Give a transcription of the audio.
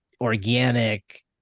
organic